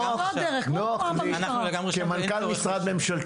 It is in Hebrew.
כמנכ"ל משרד,